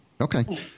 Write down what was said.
Okay